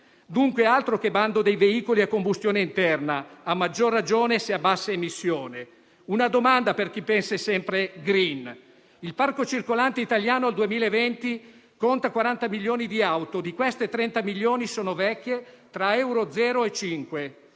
Dunque, altro che bando dei veicoli a combustione interna, a maggior ragione se a bassa emissione. Una domanda per chi pensa sempre in *green*. Il parco circolante italiano al 2020 conta 40 milioni di auto; di queste, 30 milioni sono vecchie, tra euro 0 e